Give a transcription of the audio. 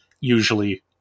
usually